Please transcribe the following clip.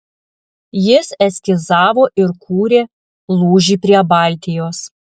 jis eskizavo ir kūrė lūžį prie baltijos